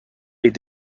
est